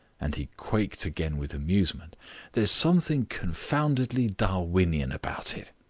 and he quaked again with amusement there's something confoundedly darwinian about it.